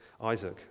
Isaac